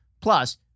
Plus